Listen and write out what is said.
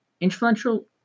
influential